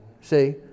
See